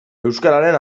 euskararen